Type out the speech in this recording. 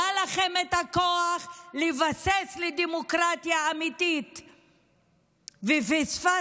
היה לכם הכוח לבסס דמוקרטיה אמיתית ופספסתם.